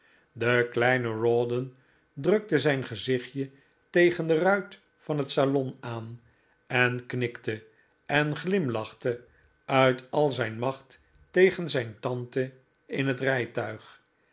de kleine rawdon drukte zijn gezichtje tegen de ruit van het salon aan en knikte en glimlachte uit al zijn macht tegen zijn tante in het rijtuig